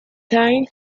times